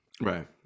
right